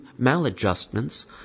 maladjustments